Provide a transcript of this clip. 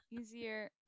easier